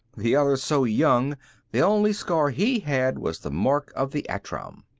the other so young the only scar he had was the mark of the attram.